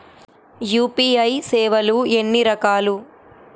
UPI సేవలు ఎన్నిరకాలు?